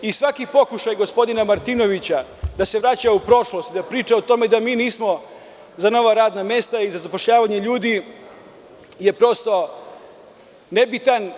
I, svaki pokušaj gospodina Martinovića, da se vraća u prošlost i da priča o tome da mi nismo za nova radna mesta i za zapošljavanje ljudi, je prosto nebitan.